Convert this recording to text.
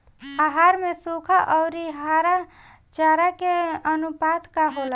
आहार में सुखा औरी हरा चारा के आनुपात का होला?